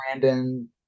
Brandon